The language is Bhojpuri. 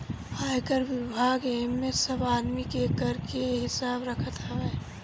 आयकर विभाग एमे सब आदमी के कर के हिसाब रखत हवे